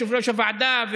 יושב-ראש הוועדה,